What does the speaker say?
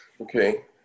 Okay